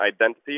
identity